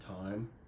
time